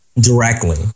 directly